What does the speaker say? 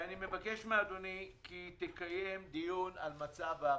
אני מבקש מאדוני, שתקיים דיון על מצב האבטלה.